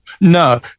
No